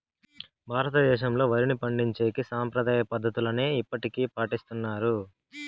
భారతదేశంలో, వరిని పండించేకి సాంప్రదాయ పద్ధతులనే ఇప్పటికీ పాటిస్తన్నారు